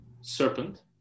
serpent